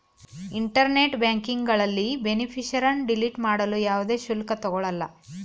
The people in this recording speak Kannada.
ಇಂಟರ್ನೆಟ್ ಬ್ಯಾಂಕಿಂಗ್ನಲ್ಲಿ ಬೇನಿಫಿಷರಿನ್ನ ಡಿಲೀಟ್ ಮಾಡಲು ಯಾವುದೇ ಶುಲ್ಕ ತಗೊಳಲ್ಲ